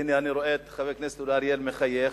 והנה, אני רואה את חבר הכנסת אורי אריאל מחייך.